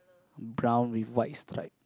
brown with white stripe